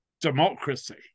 democracy